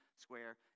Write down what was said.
square